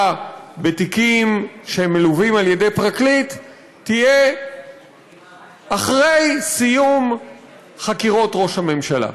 בתיקים שמלווים על ידי פרקליט תהיה אחרי סיום חקירות ראש הממשלה.